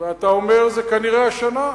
אתה אומר שזה כנראה השנה,